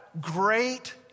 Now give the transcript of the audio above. great